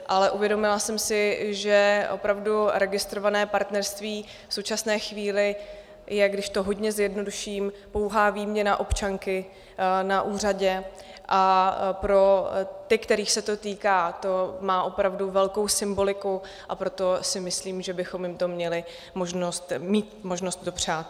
Ale uvědomila jsem si, že opravdu registrované partnerství v současné chvíli je, když to hodně zjednoduším, pouhá výměna občanky na úřadě, a pro ty, kterých se to týká, má opravdu velkou symboliku, a proto si myslím, že bychom měli mít možnost jim to dopřát.